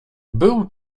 był